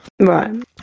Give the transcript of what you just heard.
Right